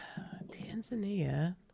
Tanzania